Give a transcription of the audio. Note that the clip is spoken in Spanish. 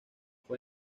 fue